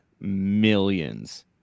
millions